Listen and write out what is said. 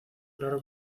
claro